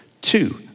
Two